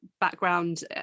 background